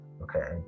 okay